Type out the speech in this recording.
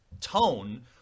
tone